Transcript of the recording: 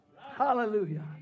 Hallelujah